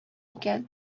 икән